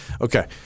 Okay